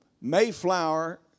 Mayflower